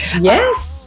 Yes